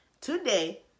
today